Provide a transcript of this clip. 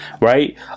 Right